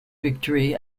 victory